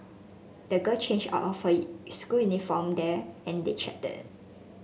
the girl changed out of it school uniform there and they chatted